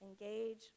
engage